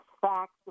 facts